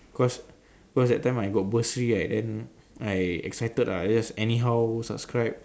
cause cause that time I got bursary right then I excited ah I just anyhow subscribe